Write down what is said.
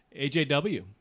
AJW